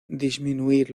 disminuir